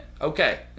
okay